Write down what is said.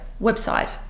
website